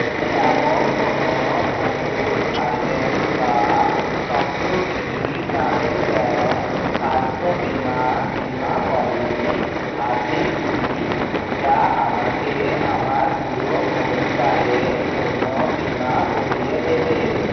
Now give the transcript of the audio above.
এমন কোনো মুথুট ফাইন্যান্স বা সপ্তগিরি গ্রামীণ ব্যাংক স্বাস্থ্য বিমা বিমা পলিসি আছে কি যা আমাকে আমার পুরো পরিবারের জন্য বিমা করিয়ে দেবে